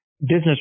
business